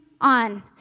on